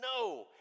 No